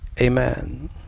Amen